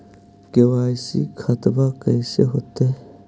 KYC खतबा कैसे होता?